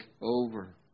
over